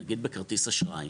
נגיד בכרטיס אשראי,